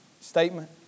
statement